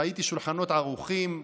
ראיתי שולחנות ערוכים,